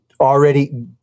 already